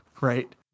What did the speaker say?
right